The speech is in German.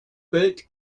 bellt